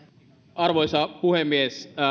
arvoisa puhemies